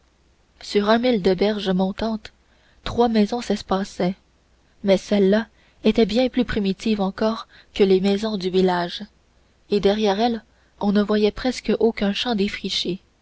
sur un mille de berge montante trois maisons s'espaçaient mais celles-là étaient bien plus primitives encore que les maisons du village et derrière elles on ne voyait presque aucun champ défriché